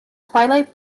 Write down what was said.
twilight